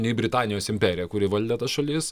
nei britanijos imperija kuri valdė tas šalis